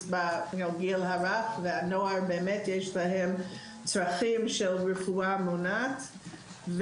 לגיל הרך ולנוער באמת יש צרכים של רפואה מונעת.